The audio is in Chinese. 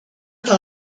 农场